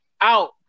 Out